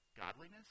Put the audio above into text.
godliness